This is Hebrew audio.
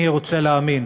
אני רוצה להאמין,